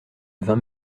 vingt